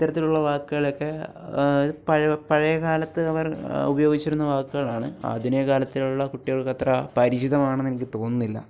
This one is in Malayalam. ഇത്തരത്തിലുള്ള വാക്കുകളൊക്കെ പഴ പഴയ കാലത്ത് അവർ ഉപയോഗിച്ചിരുന്ന വാക്കുകളാണ് ആധുനികകാലത്തിലുള്ള കുട്ടികൾക്കത്ര പരിചിതമാണെന്നെനിക്ക് തോന്നുന്നില്ല